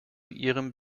ihrem